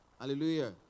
Hallelujah